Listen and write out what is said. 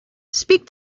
speak